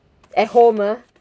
at home ah